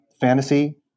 fantasy